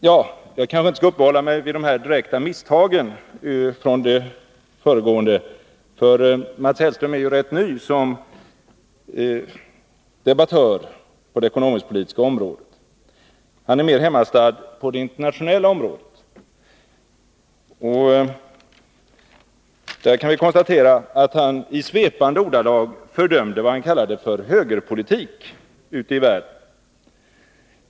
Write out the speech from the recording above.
Jag skall kanske inte uppehålla mig vid de direkta misstag som Mats Hellström gjort i dag, för han är ju rätt ny som debattör på det ekonomisk-politiska området. Han är mer hemmastadd på det internationella området. När det gäller det kan vi konstatera att han i svepande ordalag fördömde vad han kallade högerpolitik ute i världen.